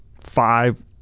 five